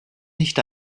nicht